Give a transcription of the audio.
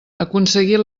aconseguir